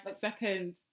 second